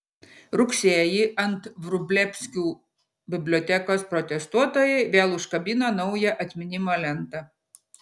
rugsėjį ant vrublevskių bibliotekos protestuotojai vėl užkabino naują atminimo lentą